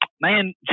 man